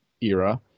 era